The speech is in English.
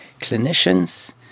clinicians